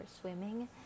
swimming